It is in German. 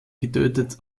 getötet